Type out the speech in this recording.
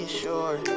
sure